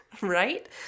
right